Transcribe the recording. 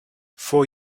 for